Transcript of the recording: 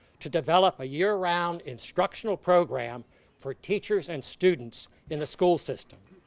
to develop a year-round instructional program for teachers and students in the school system.